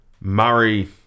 Murray